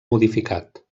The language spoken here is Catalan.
modificat